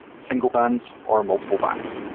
single bands, or multiple bands.